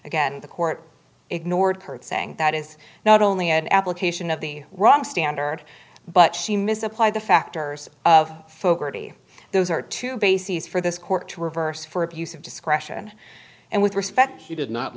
again the court ignored her saying that is not only an application of the wrong standard but she misapplied the factors of those are two bases for this court to reverse for abuse of discretion and with respect he did not